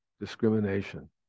discrimination